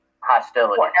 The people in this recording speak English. hostility